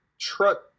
truck